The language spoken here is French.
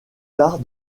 tard